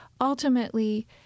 Ultimately